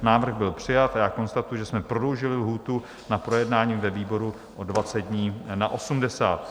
Návrh byl přijat a já konstatuji, že jsme prodloužili lhůtu na projednání výboru o 20 dní na 80.